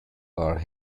are